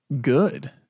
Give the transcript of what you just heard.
Good